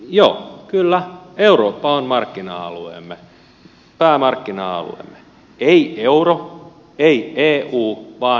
joo kyllä eurooppa on markkina alueemme päämarkkina alueemme ei euro ei eu vaan eurooppa